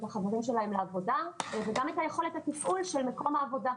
את החברים שלהם לעבודה וגם את יכולת התפעול של מקום העבודה.